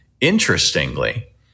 interestingly